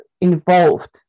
involved